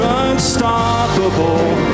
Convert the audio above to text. unstoppable